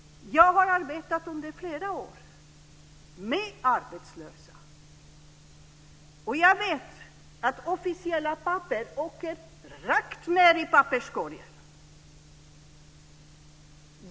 Jag har arbetat med arbetslösa under flera år. Jag vet att officiella papper åker rakt ned i papperskorgen.